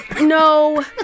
no